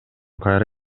кайра